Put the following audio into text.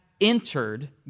entered